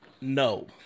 No